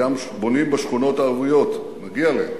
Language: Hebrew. בונים גם בשכונות הערביות, מגיע להם.